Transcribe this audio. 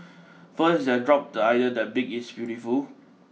first he has dropped the idea that big is beautiful